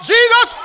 Jesus